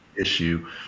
issue